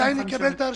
מתי נקבל את ההרשאות?